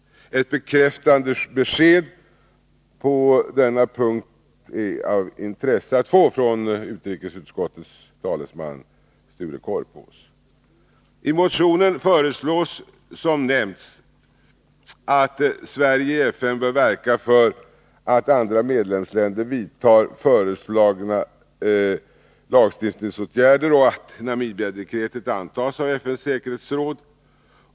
Ett bekräftande besked på denna punkt är av intresse att få från utrikesutskottets talesman Sture Korpås. I motionen yrkas som nämnts att Sverige i FN skall verka för att andra medlemsländer vidtar föreslagna lagstiftningsåtgärder och att Namibiadekretet antas av FN:s säkerhetsråd.